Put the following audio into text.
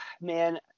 man